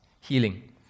Healing